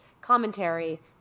commentary